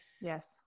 Yes